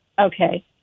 Okay